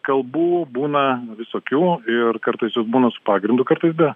kalbų būna visokių ir kartais jos būna su pagrindu kartais be